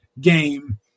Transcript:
game